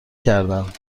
کردهاند